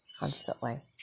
Constantly